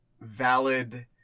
valid